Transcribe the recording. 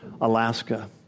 Alaska